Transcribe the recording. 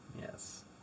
Yes